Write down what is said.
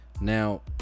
now